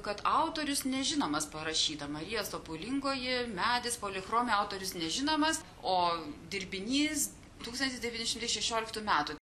kad autorius nežinomas parašyta marija sopulingoji medis polichromija autorius nežinomas o dirbinys tūkstantis devyni šimtai šešioliktų metų